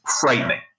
frightening